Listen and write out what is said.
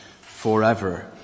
forever